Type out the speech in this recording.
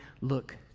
look